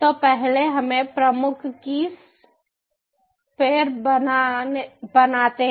तो पहले हमें प्रमुख कीस पेर बनाते हैं